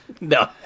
No